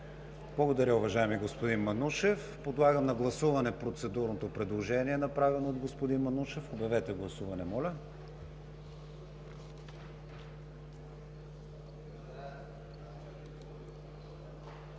Благодаря, уважаеми господин Манушев. Подлагам на гласуване процедурното предложение, направено от господин Манушев. Гласували